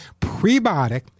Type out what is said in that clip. prebiotic